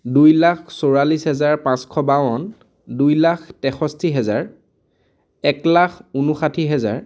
দুই লাখ চৌৰাল্লিছ হেজাৰ পাঁচশ বাৱন্ন দুই লাখ তেষষ্ঠি হেজাৰ এক লাখ ঊনোষাঠী হেজাৰ